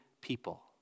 people